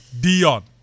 Dion